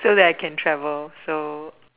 so that I can travel so